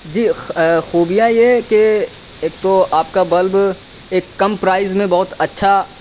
جی خوبیاں یہ ہیں کہ ایک تو آپ کا بلب ایک کم پرائز میں بہت اچھا